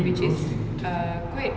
which is uh quite